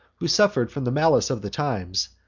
who suffer'd from the malice of the times,